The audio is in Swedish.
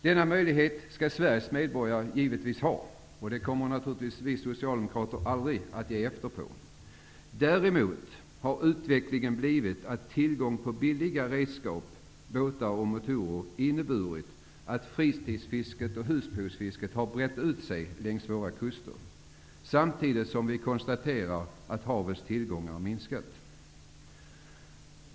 Denna möjlighet skall Sveriges medborgare givetvis ha -- det är något som vi socialdemokrater aldrig kommer att ge efter på. Den ökade tillgången på billiga redskap, båtar och motorer har inneburit att fritidsfisket och husbehovsfisket har brett ut sig längs våra kuster, samtidigt som vi konstaterar att havets tillgångar minskat.